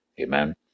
Amen